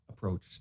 approach